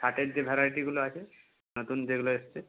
শার্টের যে ভ্যারাইটিগুলো আছে নতুন যেগুলো এসেছে